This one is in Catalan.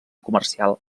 comercial